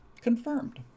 confirmed